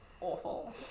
awful